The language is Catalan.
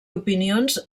opinions